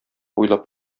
уйлап